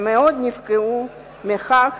הם מאוד נפגעו מכך